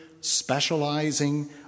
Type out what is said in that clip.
specializing